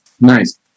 nice